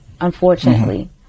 unfortunately